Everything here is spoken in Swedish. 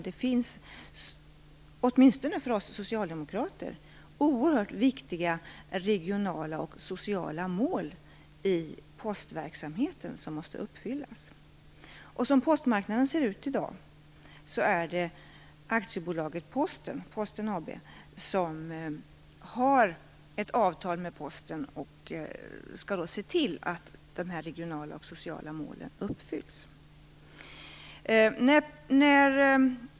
Det finns ju, åtminstone för oss socialdemokrater, oerhört viktiga regionala och sociala mål i postverksamheten som måste uppfyllas. Som postmarknaden i dag ser ut har Posten AB ett avtal med Posten och skall se till att de här regionala och sociala målen uppfylls.